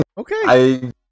Okay